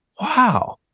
wow